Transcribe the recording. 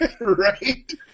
Right